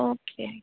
okay